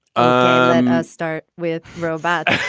ah start with robots.